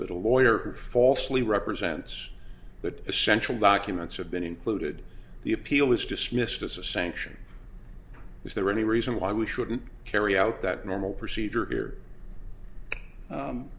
that a lawyer falsely represents but essential documents have been included the appeal is dismissed as a sanction is there any reason why we shouldn't carry out that normal procedure here